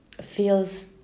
feels